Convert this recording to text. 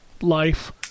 life